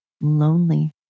lonely